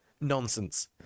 Nonsense